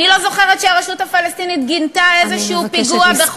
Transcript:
אני לא זוכרת שהרשות הפלסטינית גינתה פיגוע כלשהו,